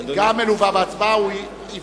מלווה בהצבעה, גם מלווה בהצבעה.